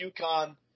UConn